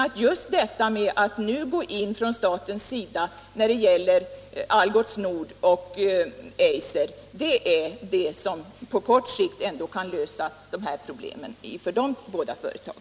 Att staten nu går in med ytterligare stödåtgärder för Algots Nord och Eiser kan emellertid på kort sikt lösa problemen för dessa båda företag.